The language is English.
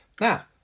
Now